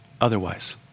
otherwise